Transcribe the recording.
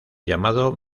llamado